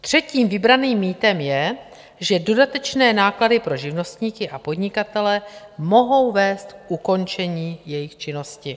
Třetím vybraným mýtem je, že dodatečné náklady pro živnostníky a podnikatele mohou vést k ukončení jejich činnosti.